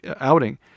outing